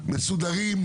מסודרים,